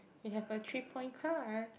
we have a three point card